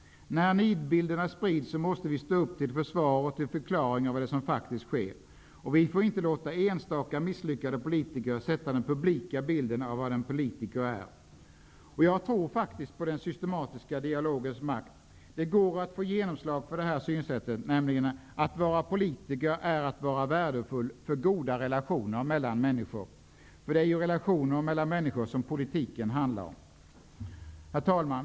När nidbilderna sprids måste vi stå upp till försvar och förklara det som faktiskt sker. Vi får inte låta enstaka misslyckade politiker prägla den publika bilden av vad en politiker är. Jag tror på den systematiska dialogens makt. Det går att få genomslag för det här synsättet: att vara politiker är att vara värdefull för goda relationer mellan människor. Politiken handlar ju om relationer mellan människor. Herr talman!